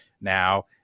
now